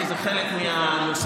כי זה חלק מהנוסחה.